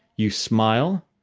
you smile